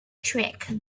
trick